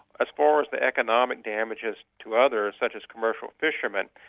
as far as the economic damages to others, such as commercial fishermen,